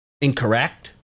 incorrect